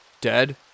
dead